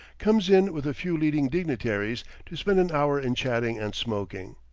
comes in with a few leading dignitaries to spend an hour in chatting and smoking.